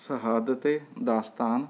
ਸ਼ਹਾਦਤ ਏ ਦਾਸਤਾਨ